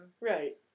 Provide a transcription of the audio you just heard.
Right